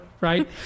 right